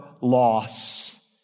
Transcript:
loss